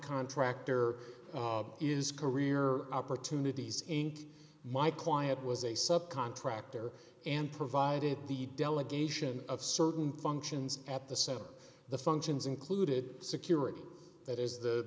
contractor is career opportunities in my client was a sub contractor and provided the delegation of certain functions at the set of the functions included security that is the